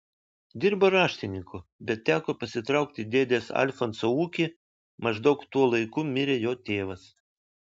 dirbo raštininku bet teko pasitraukti į dėdės alfonso ūkį maždaug tuo laiku mirė jo tėvas